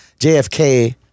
JFK